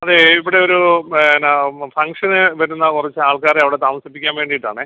അതേ ഇവിടെ ഒരു എന്നാ ഫങ്ഷന് വരുന്ന കുറച്ചാൾക്കാരെ അവിടെ താമസിപ്പിക്കാൻ വേണ്ടിയിട്ടാണേ